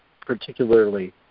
particularly